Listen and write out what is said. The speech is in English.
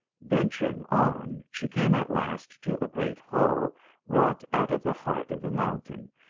venturing on, she came at last to a great hall wrought out of the heart of the mountain,